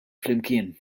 flimkien